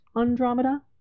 Andromeda